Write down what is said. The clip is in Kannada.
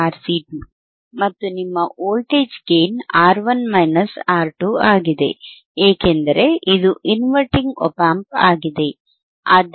ಮತ್ತು ನಿಮ್ಮ voltage gain R1 minus R2 ಆಗಿದೆ ಏಕೆಂದರೆ ಇದು ಇನ್ವರ್ಟಿಂಗ್ ಒಪ್ ಆಂಪ್ ಆಗಿದೆ